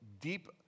deep